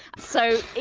so,